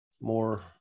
More